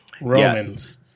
Romans